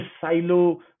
silo